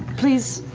please.